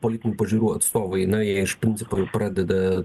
politinių pažiūrų atstovai na jie iš principo jau pradeda